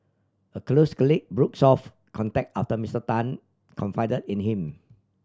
a close colleague broke off contact after Mister Tan confide in him